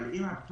אבל אם הפער